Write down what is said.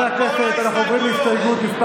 חברי הכנסת, אנחנו עוברים להסתייגות מס'